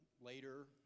later